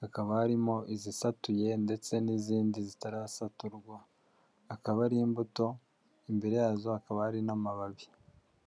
hakaba harimo izisatuye ndetse n'izindi zitarasaturwa, akaba ari imbuto imbere yazo hakaba hari n'amababi.